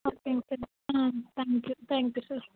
அப்படிங்களா சார் ம் thank you thank you sir